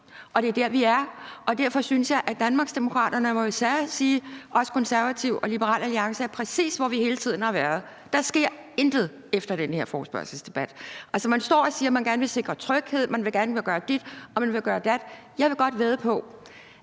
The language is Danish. Det er der, vi er. Derfor synes jeg, at Danmarksdemokraterne og – må jeg desværre sige – også Konservative og Liberal Alliance er præcis, hvor vi hele tiden har været. Der sker intet efter den her forespørgselsdebat. Altså, man står og siger, at man gerne vil sikre tryghed og man gerne vil gøre dit og dat. Jeg vil godt vædde på,